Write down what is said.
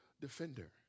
defender